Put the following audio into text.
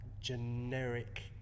generic